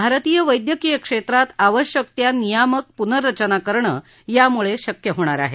भारतीय वैद्यकिय क्षेत्रात आवश्यक त्या नियामक पुर्नरचना करणं यामुळे शक्य होणार आहे